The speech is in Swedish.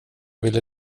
ville